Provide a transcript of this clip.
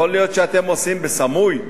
יכול להיות שאתם עושים בסמוי?